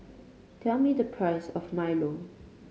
tell me the price of milo